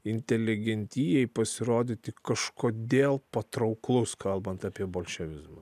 inteligentijai pasirodyti kažkodėl patrauklus kalbant apie bolševizmą